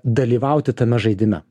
dalyvauti tame žaidime